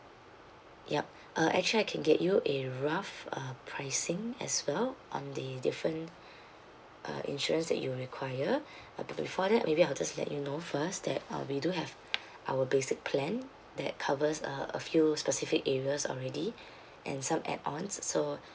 yup uh actually I can get you a rough uh pricing as well on the different uh insurance that you require but be~ before that maybe I'll just let you know first that uh we do have our basic plan that covers uh a few specific areas already and some add on so